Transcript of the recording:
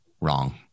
wrong